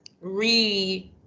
re